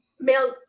male